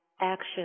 action